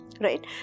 right